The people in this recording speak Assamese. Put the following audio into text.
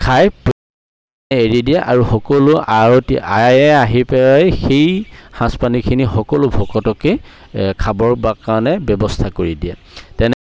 খাই এৰি দিয়ে আৰু সকলো আয়তী আয়ে আহি পেলাই সেই সাঁজপানীখিনি সকলো ভকতকে এ খাবৰ বা কাৰণে ব্যৱস্থা কৰি দিয়ে তেনে